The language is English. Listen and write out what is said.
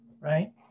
right